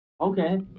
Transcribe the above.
okay